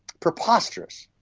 preposterous!